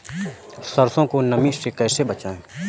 सरसो को नमी से कैसे बचाएं?